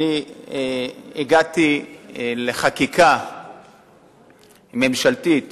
אני הגעתי לחקיקה ממשלתית